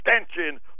extension